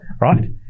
Right